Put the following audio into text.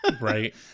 Right